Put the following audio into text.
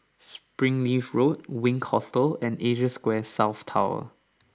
Springleaf Road Wink Hostel and Asia Square South Tower